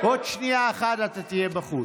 עוד שנייה אחת אתה תהיה בחוץ.